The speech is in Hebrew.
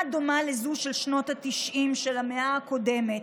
דומה לזו של שנות התשעים של המאה הקודמת.